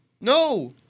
No